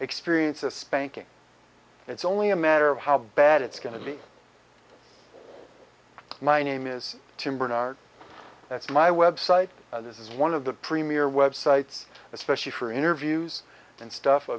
experience a spanking it's only a matter of how bad it's going to be my name is tim bernard that's my website this is one of the premier websites especially for interviews and stuff a